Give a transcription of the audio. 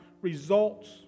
results